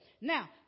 Now